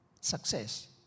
success